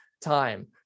time